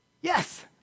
Yes